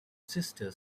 sister